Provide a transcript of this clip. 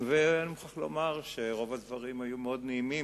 ואני מוכרח לומר שרוב הדברים היו מאוד נעימים,